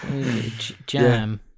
jam